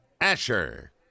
Asher